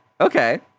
Okay